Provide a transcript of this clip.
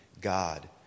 God